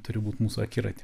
turi būt mūsų akiraty